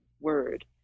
word